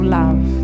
love